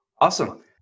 Awesome